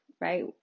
right